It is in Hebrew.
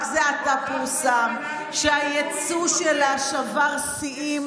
רק זה עתה פורסם שהיצוא שלה שבר שיאים,